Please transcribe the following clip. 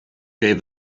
gave